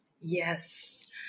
Yes